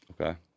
Okay